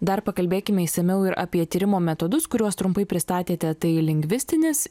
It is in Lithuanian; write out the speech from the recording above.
dar pakalbėkime išsamiau ir apie tyrimo metodus kuriuos trumpai pristatėte tai lingvistinis